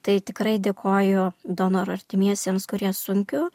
tai tikrai dėkoju donorų artimiesiems kurie sunkiu